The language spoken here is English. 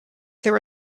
there